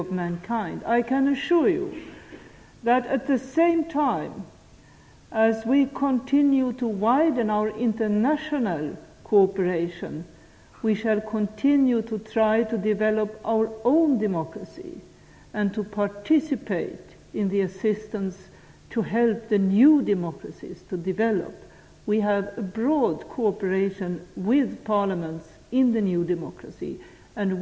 Jag kan försäkra er om att samtidigt som vi fortsätter att utvidga vårt internationella samarbete kommer vi att försöka vidareutveckla vår egen demokrati och verkligen delta i biståndet för att hjälpa de nya demokratierna att utvecklas. Vi har ett brett samarbete med parlamenten i de nya demokratierna.